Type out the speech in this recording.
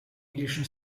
englischen